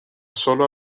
sólo